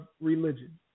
religion